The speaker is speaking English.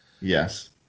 Yes